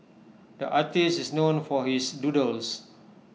the artist is known for his doodles